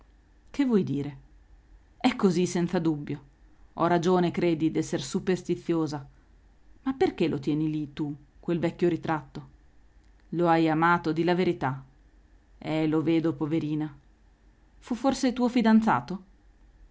che vuoi dire è così senza dubbio ho ragione credi d'essere superstiziosa ma perché lo tieni lì tu quel vecchio ritratto lo hai amato di la verità eh lo vedo poverina fu forse tuo fidanzato